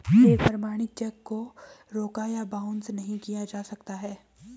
एक प्रमाणित चेक को रोका या बाउंस नहीं किया जा सकता है